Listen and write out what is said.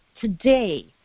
today